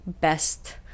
best